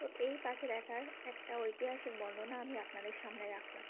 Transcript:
তো এই পাখি দেখার একটা ঐতিহাসিক বর্ণনা আমি আপনাদের সামনে রাখলাম